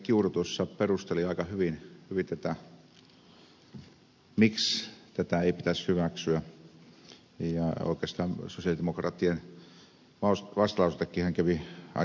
kiuru tuossa perusteli aika hyvin tätä miksi tätä ei pitäisi hyväksyä ja oikeastaan sosialidemokraattien vastalausettakin hän kävi aika paljon läpi